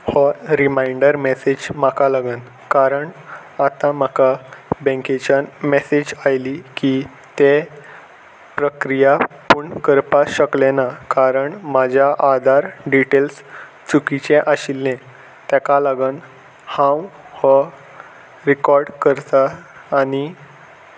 हो reminder message म्हाका लागून कारण आतां म्हाका बँकेच्यान मॅसेज आयली की ते प्रक्रिया पूर्ण करपा शकले ना कारण म्हाज्या आदार डिटेल्स चुकीचें आशिल्लें ताका लागून हांव हो रिकॉर्ड करता आनी